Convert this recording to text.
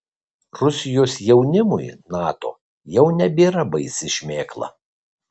rusijos jaunimui nato jau nebėra baisi šmėkla